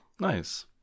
Nice